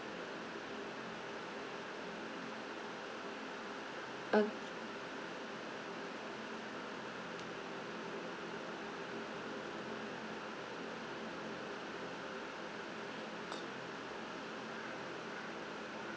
okay